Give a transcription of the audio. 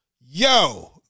Yo